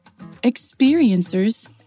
Experiencers